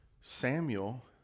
Samuel